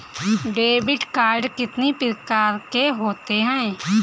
Debit card कितनी प्रकार के होते हैं?